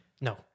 no